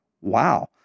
Wow